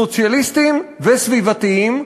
סוציאליסטיים וסביבתיים.